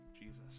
Jesus